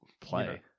play